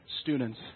students